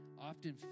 Often